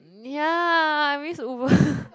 !ya! I miss Uber